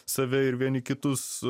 save ir vieni kitus